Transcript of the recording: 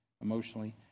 emotionally